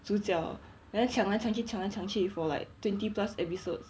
主角来抢来抢去抢来抢去 for like twenty plus episodes